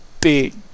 big